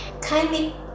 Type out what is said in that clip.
kindly